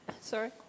sorry